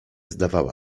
zdawała